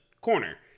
corner